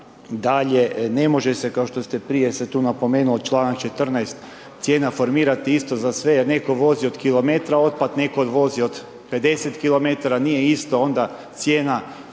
dalje, ne može se, kao što ste prije se tu napomenuo čl. 14. cijena formirati isto za sve jer netko vozi od kilometra otpad, netko vozi od 50 km, nije isto onda cijena